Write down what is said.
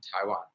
Taiwan